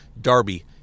Darby